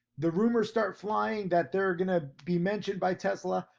the rumors start flying that there are gonna be mentioned by tesla.